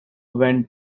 went